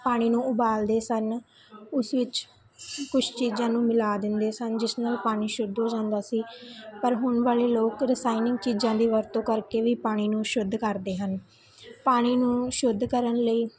ਪਾਣੀ ਨੂੰ ਉਬਾਲਦੇ ਸਨ ਉਸ ਵਿੱਚ ਕੁਝ ਚੀਜ਼ਾਂ ਨੂੰ ਮਿਲਾ ਦਿੰਦੇ ਸਨ ਜਿਸ ਨਾਲ ਪਾਣੀ ਸ਼ੁੱਧ ਹੋ ਜਾਂਦਾ ਸੀ ਪਰ ਹੁਣ ਵਾਲੇ ਲੋਕ ਰਸਾਇਣਿਕ ਚੀਜ਼ਾਂ ਦੀ ਵਰਤੋਂ ਕਰਕੇ ਵੀ ਪਾਣੀ ਨੂੰ ਸ਼ੁੱਧ ਕਰਦੇ ਹਨ ਪਾਣੀ ਨੂੰ ਸ਼ੁੱਧ ਕਰਨ ਲਈ